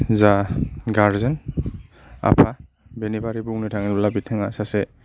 जा गार्डियान आफा बिनि बागै बुंनो थाङोब्ला बिथाङा सासे